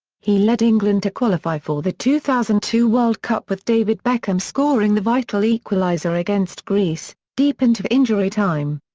he led england to qualify for the two thousand and two world cup with david beckham scoring the vital equaliser against greece, deep into injury time.